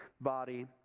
body